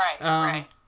Right